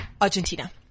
Argentina